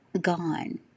gone